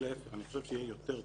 להיפך, אני חושב שיהיה יותר טוב.